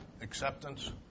acceptance